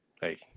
Hey